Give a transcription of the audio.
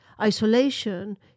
isolation